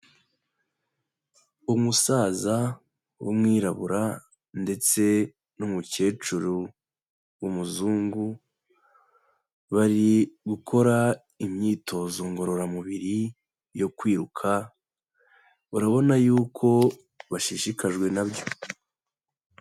Umusaza w'umwirabura ndetse n'umukecuru w'umuzungu, bari gukora imyitozo ngororamubiri yo kwiruka. Urabona yuko bashishikajwe na byo.